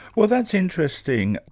well that's interesting.